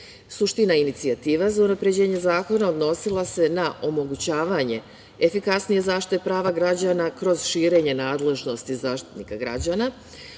inicijativa za unapređenje zakona odnosila se na omogućavanje efikasnije zaštite prava građana kroz širenje nadležnosti Zaštitnika građana,